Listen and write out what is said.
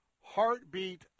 Heartbeat